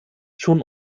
schon